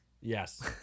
Yes